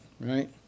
right